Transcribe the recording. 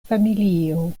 familio